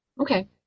Okay